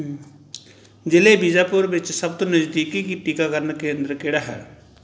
ਜ਼ਿਲ੍ਹਾ ਬੀਜਾਪੁਰ ਵਿੱਚ ਸਭ ਤੋਂ ਨਜ਼ਦੀਕੀ ਟੀਕਾਕਰਨ ਕੇਂਦਰ ਕਿਹੜਾ ਹੈ